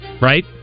Right